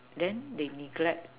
then they neglect